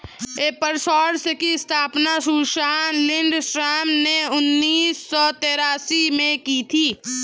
एपर सोर्स की स्थापना सुसान लिंडस्ट्रॉम ने उन्नीस सौ तेरासी में की थी